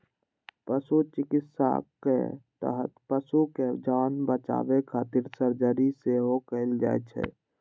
पशु चिकित्साक तहत पशुक जान बचाबै खातिर सर्जरी सेहो कैल जाइ छै